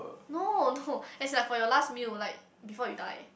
no no as like for your last meal like before you die